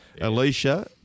Alicia